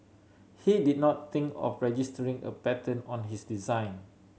he did not think of registering a patent on his design